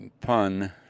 pun